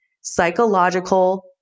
psychological